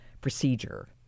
procedure